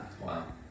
Wow